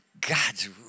God's